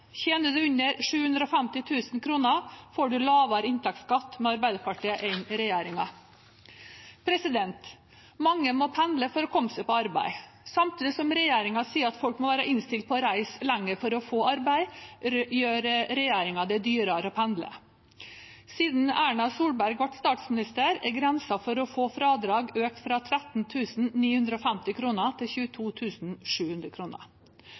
under 750 000 kr, får en lavere inntektsskatt med Arbeiderpartiet enn med regjeringen. Mange må pendle for å komme seg på arbeid. Samtidig som regjeringen sier at folk må være innstilt på å reise lenger for å få arbeid, gjør regjeringen det dyrere å pendle. Siden Erna Solberg ble statsminister, er grensen for å få fradrag økt fra 13 950 kr til 22 700